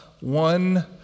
one